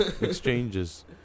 exchanges